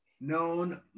known